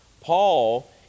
Paul